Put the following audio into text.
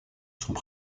sont